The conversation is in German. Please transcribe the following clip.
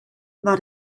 war